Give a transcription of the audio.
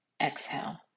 exhale